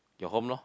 your home lor